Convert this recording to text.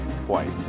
twice